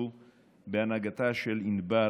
בהנהגתה של ענבל,